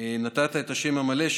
נתת את השם המלא,